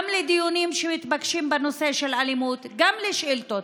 לדיונים שמתבקשים בנושא של אלימות וגם לשאילתות.